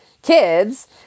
kids